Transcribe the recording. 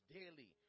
daily